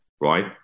right